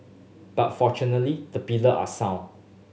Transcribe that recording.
but fortunately the pillar are sound